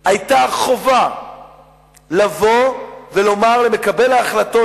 היתה חובה לבוא ולומר למקבל ההחלטות,